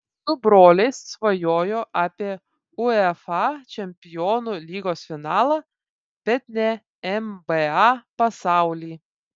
su broliais svajojo apie uefa čempionų lygos finalą bet ne nba pasaulį